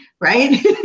right